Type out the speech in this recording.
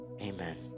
amen